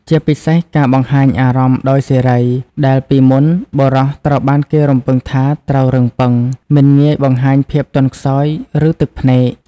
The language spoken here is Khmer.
ជាពិសេសការបង្ហាញអារម្មណ៍ដោយសេរី ដែលពីមុន បុរសត្រូវបានគេរំពឹងថាត្រូវរឹងប៉ឹង មិនងាយបង្ហាញភាពទន់ខ្សោយ ឬទឹកភ្នែក។